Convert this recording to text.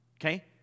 Okay